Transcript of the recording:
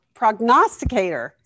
prognosticator